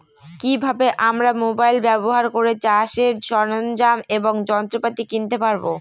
কি ভাবে আমরা মোবাইল ব্যাবহার করে চাষের সরঞ্জাম এবং যন্ত্রপাতি কিনতে পারবো?